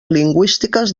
lingüístiques